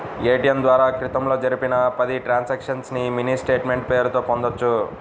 ATM ద్వారా క్రితంలో జరిపిన పది ట్రాన్సక్షన్స్ ని మినీ స్టేట్ మెంట్ పేరుతో పొందొచ్చు